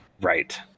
Right